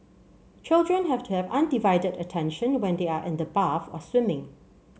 children have to have undivided attention when they are in the bath or swimming